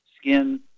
skin